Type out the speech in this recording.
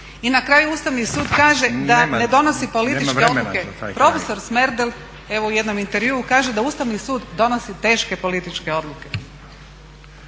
I na kraju Ustavni sud kaže da ne donosi političke odluke, a prof. Smerdel evo u jednom intervjuu kaže da Ustavni sud donosi teške političke odluke.